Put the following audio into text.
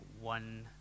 One